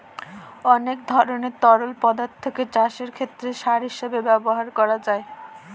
অনেক ধরনের তরল পদার্থকে চাষের ক্ষেতে সার হিসেবে ব্যবহার করা যায়